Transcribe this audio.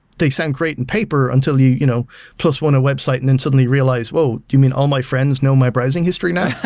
they sound great in paper until you you know plus one a website and then suddenly realizable, whoa! do you mean all my friends know my browsing history now?